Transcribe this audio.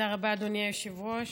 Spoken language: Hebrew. תודה רבה, אדוני היושב-ראש.